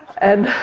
and